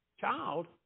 child